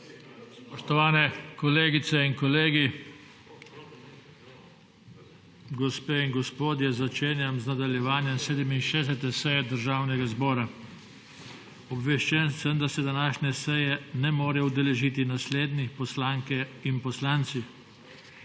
Spoštovane kolegice in kolegi, gospe in gospodje, začenjam nadaljevanje 67. izredne seje Državnega zbora. Obveščen sem, da se današnje seje ne morejo udeležiti naslednji poslanke in poslanci: